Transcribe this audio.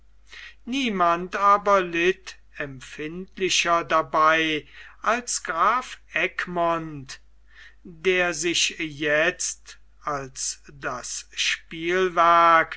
niemand aber litt empfindlicher dabei als graf egmont der sich jetzt als das spielwerk